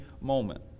moment